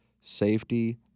safety